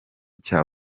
cya